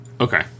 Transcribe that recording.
Okay